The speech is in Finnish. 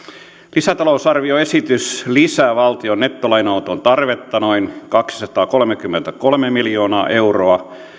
lisätalousarvioesitys lisää valtion nettolainanoton tarvetta noin kaksisataakolmekymmentäkolme miljoonaa euroa